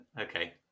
Okay